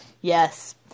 Yes